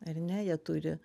ar ne jie turi